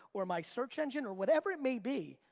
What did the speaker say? or my search engine, or whatever it may be.